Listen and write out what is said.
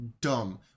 dumb